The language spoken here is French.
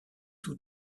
tout